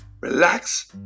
relax